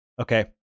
okay